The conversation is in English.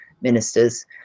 ministers